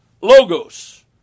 logos